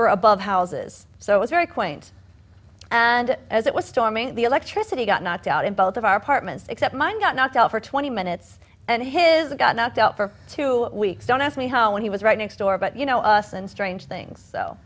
were above houses so it was very quaint and as it was storming the electricity got knocked out in both of our apartments except mine got knocked out for twenty minutes and his it got knocked out for two weeks don't ask me how when he was right next door about you know us and strange things so